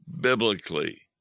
biblically